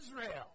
Israel